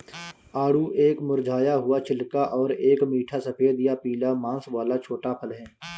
आड़ू एक मुरझाया हुआ छिलका और एक मीठा सफेद या पीला मांस वाला छोटा फल है